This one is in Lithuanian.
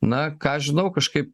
na ką žinau kažkaip